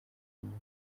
inyuma